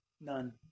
None